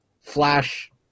Flash